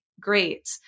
great